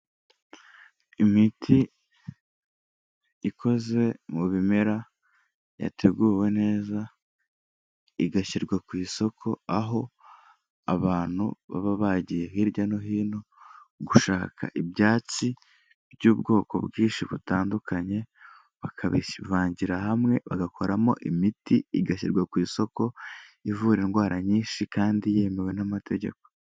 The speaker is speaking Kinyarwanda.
Imiti ikoze mu bimera yateguwe neza igashyirwa ku isoko, aho abantu baba bagiye hirya no hino gushaka ibyatsi by'ubwoko bwinshi butandukanye, bakabivangira hamwe bagakoramo imiti igashyirwa ku isoko, ivura indwara nyinshi kandi yemewe n'amategeko.